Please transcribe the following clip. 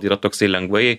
yra toksai lengvai